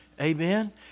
amen